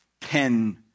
ten